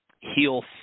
heal